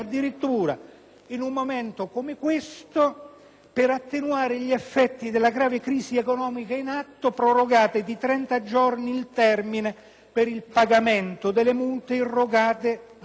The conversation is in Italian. per attenuare gli effetti della grave crisi economica in atto, prorogate di trenta giorni il termine per il pagamento delle multe irrogate dall'Antitrust nell'anno 2008.